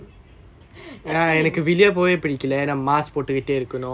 nothing